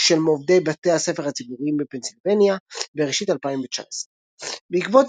של עובדי בתי הספר הציבוריים בפנסילבניה בראשית 2019. בעקבות